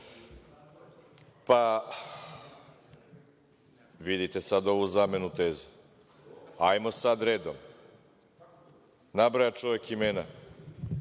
Vidite sada ovu zamenu teza. Ajmo sada redom. Nabroja čovek imena,